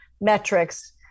metrics